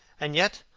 and, yet,